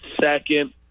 second